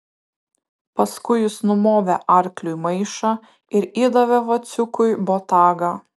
paskui jis numovė arkliui maišą ir įdavė vaciukui botagą